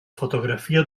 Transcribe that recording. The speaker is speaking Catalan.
fotografia